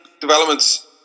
developments